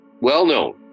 well-known